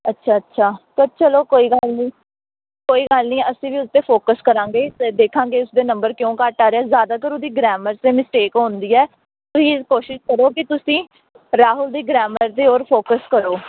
ਅੱਛਾ ਅੱਛਾ ਤਾਂ ਚਲੋ ਕੋਈ ਗੱਲ ਨਹੀਂ ਕੋਈ ਗੱਲ ਨਹੀਂ ਅਸੀਂ ਵੀ ਉਸ 'ਤੇ ਫੋਕਸ ਕਰਾਂਗੇ ਅਤੇ ਦੇਖਾਂਗੇ ਉਸਦੇ ਨੰਬਰ ਕਿਉਂ ਘੱਟ ਆ ਰਹੇ ਆ ਜ਼ਿਆਦਾਤਰ ਉਹਦੀ ਗ੍ਰੈਮਰ 'ਤੇ ਮਿਸਟੇਕ ਹੋਣ ਦੀ ਹੈ ਤੁਸੀਂ ਕੋਸ਼ਿਸ਼ ਕਰੋ ਕਿ ਤੁਸੀਂ ਰਾਹੁਲ ਦੀ ਗਰਾਮਰ ਦੇ ਔਰ ਫੋਕਸ ਕਰੋ